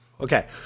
Okay